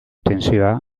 tentsioa